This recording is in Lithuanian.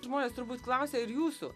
žmonės turbūt klausia ir jūsų